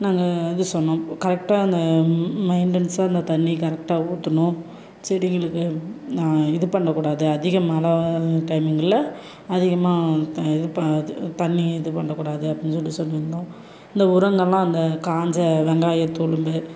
நாங்கள் இது சொன்னோம் கரெக்டாக அந்த மெயின்டன்ஸாக அந்த தண்ணி கரெக்டாக ஊற்றணும் செடிங்களுக்கு இது பண்ணக் கூடாது அதிக மழை டைமிங்கில் அதிகமாக இது ப தண்ணி இது பண்ணக் கூடாது அப்படின்னு சொல்லிட்டு சொல்லியிருந்தோம் இந்த உரங்கலாம் அந்த காஞ்ச வெங்காயத்தோலுங்க